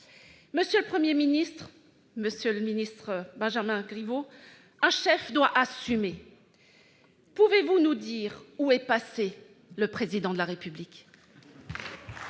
Monsieur le Premier ministre, monsieur le secrétaire d'État Benjamin Griveaux, un chef doit assumer ! Pouvez-vous nous dire où est passé le Président de la République ?